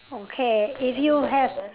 okay if you have